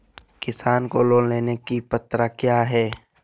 किसान को लोन लेने की पत्रा क्या है?